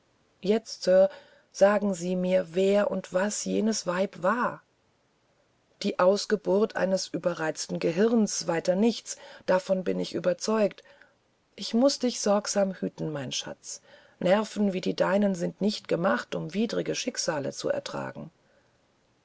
jetzt sir sagen sie mir wer und was jenes weib war die ausgeburt eines überreizten gehirns weiter nichts davon bin ich überzeugt ich muß dich sorgsam hüten mein schatz nerven wie die deinen sind nicht gemacht um widrige schicksale zu ertragen